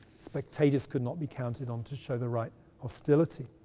spectators could not be counted on to show the right hostility.